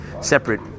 separate